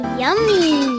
yummy